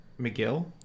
McGill